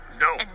no